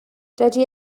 dydy